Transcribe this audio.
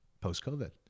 post-COVID